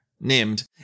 named